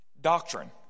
doctrine